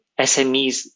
SMEs